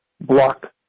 block